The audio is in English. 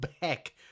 back